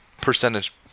percentage